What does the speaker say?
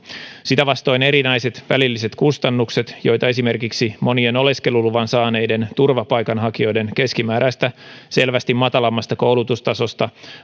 sitä vastoin erinäiset välilliset kustannukset joita esimerkiksi monien oleskeluluvan saaneiden turvapaikanhakijoiden keskimääräistä selvästi matalammasta koulutustasosta